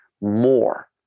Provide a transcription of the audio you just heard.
more